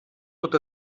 tot